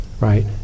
Right